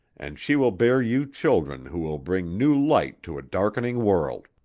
and she will bear you children who will bring new light to a darkening world.